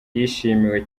yishimiwe